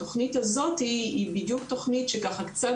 התכנית הזאת היא בדיוק תכנית שככה קצת